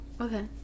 okay